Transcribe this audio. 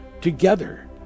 together